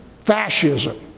fascism